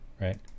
right